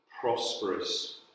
prosperous